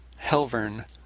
Helvern